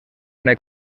una